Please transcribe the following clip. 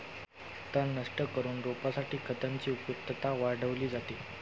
तण नष्ट करून रोपासाठी खतांची उपयुक्तता वाढवली जाते